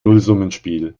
nullsummenspiel